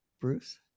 Bruce